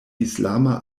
islama